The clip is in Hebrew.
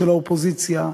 של האופוזיציה,